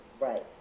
right